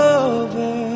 over